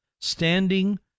standing